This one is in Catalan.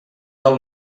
del